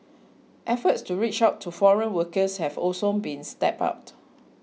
efforts to reach out to foreign workers have also been stepped up